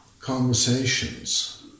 Conversations